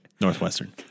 Northwestern